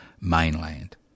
mainland